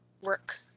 work